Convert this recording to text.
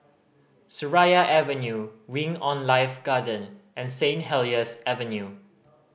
Seraya Avenue Wing On Life Garden and Saint Helier's Avenue